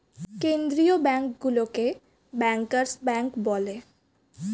কেন্দ্রীয় ব্যাঙ্কগুলোকে bankers bank বলে